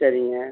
சரிங்க